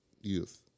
youth